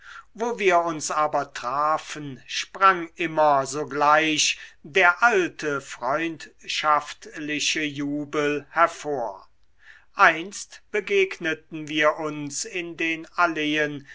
wo wir uns aber trafen sprang immer sogleich der alte freundschaftliche jubel hervor einst begegneten wir uns in den alleen